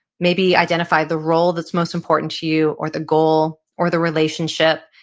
maybe identify the role that's most important to you, or the goal, or the relationship,